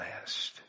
last